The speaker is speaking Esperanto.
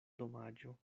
domaĝo